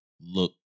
look